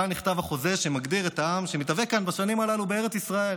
כאן נכתב החוזה שמגדיר את העם שמתהווה כאן בשנים הללו בארץ ישראל.